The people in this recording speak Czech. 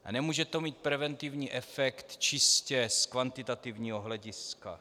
A nemůže to mít preventivní efekt čistě z kvantitativního hlediska.